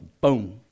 Boom